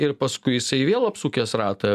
ir paskui jisai vėl apsukęs ratą